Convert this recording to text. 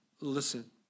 listen